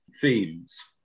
themes